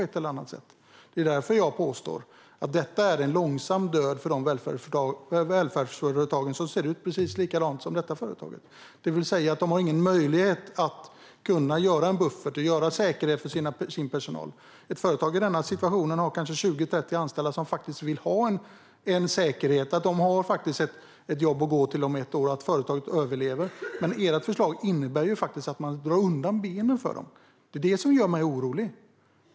Det är därför som jag påstår att detta innebär en långsam död för de välfärdsföretag som ser ut precis som det företag som jag pratar om. Man har ingen möjlighet att bygga upp en buffert och erbjuda personalen säkerhet. Ett företag i denna situation har kanske 20-30 anställda som vill ha säkerheten att ha ett jobb att gå till om ett år och att företaget överlever. Men ert förslag innebär faktiskt att man drar undan benen för dem. Det är det som gör mig orolig.